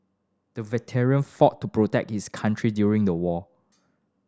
the veteran fought to protect his country during the war